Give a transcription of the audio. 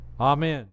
Amen